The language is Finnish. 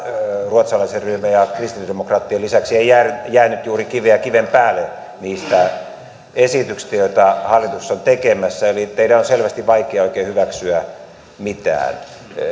ruotsalaisen ryhmän ja kristillisdemokraattien lisäksi ei jäänyt juuri kiveä kiven päälle niistä esityksistä joita hallitus on tekemässä eli teidän on selvästi vaikea hyväksyä oikein mitään